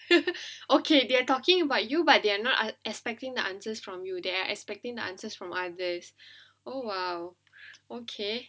okay they are talking about you but they are not expecting the answers from you they are expecting the answers from other oh !wow! okay